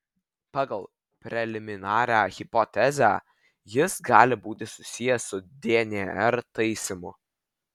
pagal preliminarią hipotezę jis gali būti susijęs su dnr taisymu